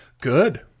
Good